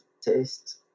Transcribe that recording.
taste